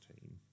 team